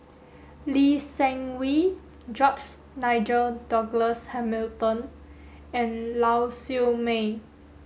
Lee Seng Wee George Nigel Douglas Hamilton and Lau Siew Mei